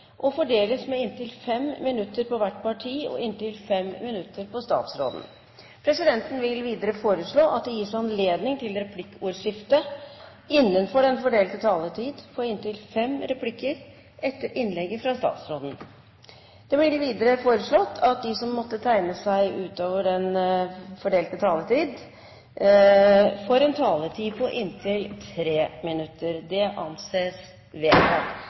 og fordeles med inntil 5 minutter til hvert parti og inntil 5 minutter til statsråden. Videre vil presidenten foreslå at det gis anledning til replikkordskifte på inntil fem replikker med svar etter innlegget fra statsråden innenfor den fordelte taletid. Videre blir det foreslått at de som måtte tegne seg på talerlisten utover den fordelte taletid, får en taletid på inntil 3 minutter. – Det anses vedtatt.